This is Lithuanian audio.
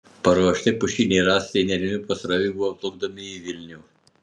paruošti pušiniai rąstai nerimi pasroviui buvo plukdomi į vilnių